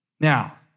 Now